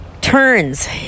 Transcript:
turns